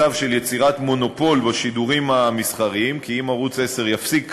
מצב של יצירת מונופול בשידורים המסחריים כי אם ערוץ 10 יפסיק